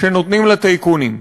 שנותנים לטייקונים.